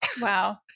Wow